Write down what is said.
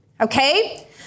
okay